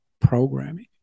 programming